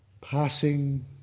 Passing